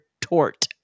tort